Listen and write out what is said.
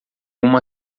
uma